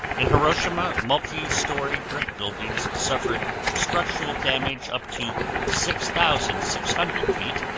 in hiroshima, multi-story brick buildings suffered structural damage up to six thousand six hundred feet,